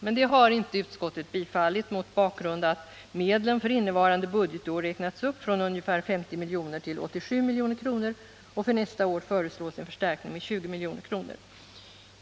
Men detta har inte utskottet tillstyrkt, mot bakgrund av att medlen för innevarande budgetår räknats upp från ungefär 50 milj.kr. till 87 milj.kr. och att det för nästa år föreslås en förstärkning med 20 milj.kr.